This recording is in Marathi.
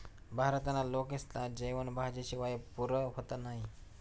भारतना लोकेस्ना जेवन भाजी शिवाय पुरं व्हतं नही